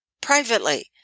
privately